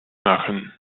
machen